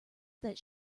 that